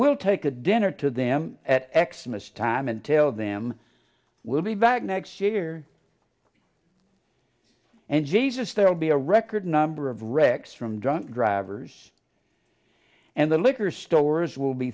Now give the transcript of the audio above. will take a dinner to them at xmas time until them will be back next year and jesus there will be a record number of wrecks from drunk drivers and the liquor stores will be